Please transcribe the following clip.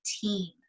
team